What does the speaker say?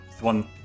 one